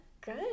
Good